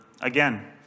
Again